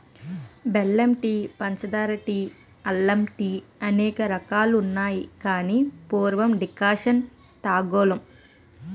బెల్లం టీ పంచదార టీ అల్లం టీఅనేక రకాలున్నాయి గాని పూర్వం డికర్షణ తాగోలుము